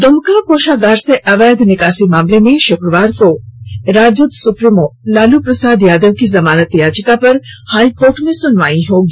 दुमका कोषागार से अवैध निकासी मामले में शुक्रवार को राजद सुप्रीमो लालू प्रसाद यादव की जमानत याचिका पर हाई कोर्ट में सुनवाई होगी